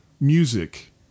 music